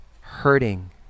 hurting